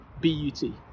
B-U-T